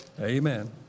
Amen